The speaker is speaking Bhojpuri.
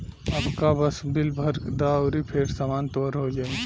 अबका बस बिल भर द अउरी फेर सामान तोर हो जाइ